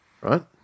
right